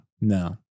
No